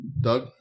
Doug